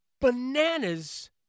bananas